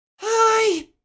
Hi